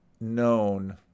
known